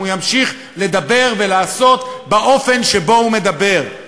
אם הוא ימשיך לדבר ולעשות באופן שבו הוא מדבר.